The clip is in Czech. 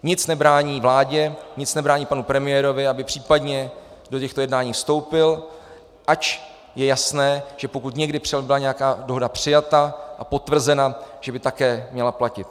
Nic nebrání vládě, nic nebrání panu premiérovi, aby případně do těchto jednání vstoupil, ač je jasné, že pokud někdy byla nějaká dohoda přijata a potvrzena, že by také měla platit.